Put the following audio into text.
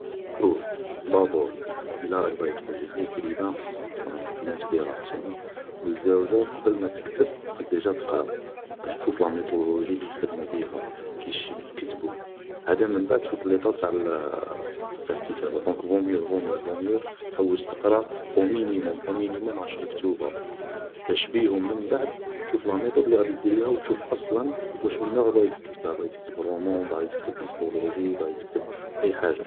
شوف دابور الا راك باغي تولي ايكريفان خص تكون عندك لانسبيرانسيون, و زاوجة قبل ما تكتب خصك ديجا تقرا باش تشوف لا ميطودولوجي لي يخدمو بيها, كيش يكتبو, عادا من بعد تفوت ليطاب تاع الكتابة, دونك فو ميو فو ميو تحوس تقرا اومينيموم اومينيموم عشر كتوبا, باش بيهم من بعد تشوف لا ميطود لي غادي دير بيها و تشوف اصلا واش من نوع باغي تكتبه, باغي تكتب رومون, باغي تكتب هيستولوجي, باغي تكتب اي حاجة